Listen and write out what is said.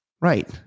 right